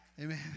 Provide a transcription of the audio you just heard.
Amen